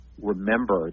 Remember